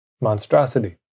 monstrosity